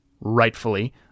rightfully